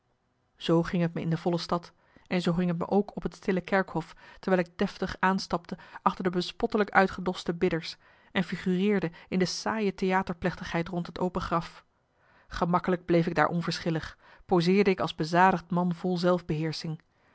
zoo ging t me in de volle stad en zoo ging t me ook op het stille kerkhof terwijl ik deftig aanstapte achter de bespottelijk uitgedoste bidders en figureerde in de saaie theaterplechtigheid rond het open graf gemakkelijk bleef ik daar onverschillig poseerde ik als bezadigd man vol